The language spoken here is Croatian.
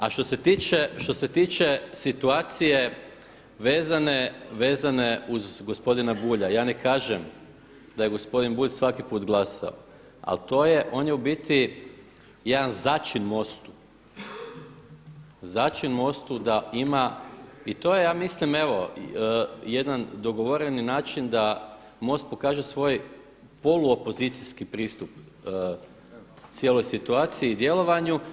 A što se tiče situaciju vezane uz gospodina Bulja, ja ne kažem da je gospodin Bulj svaki put glasao ali to je, on je u biti jedan začin MOST-u, začin MOST-u da ima, i to je ja mislim evo jedan dogovoreni način da MOST pokaže svoj poluopozicijski pristup cijeloj situaciju i djelovanju.